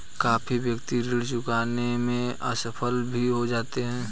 काफी व्यक्ति ऋण चुकाने में असफल भी हो जाते हैं